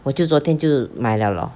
我就昨天就买 liao lor